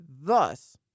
Thus